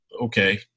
okay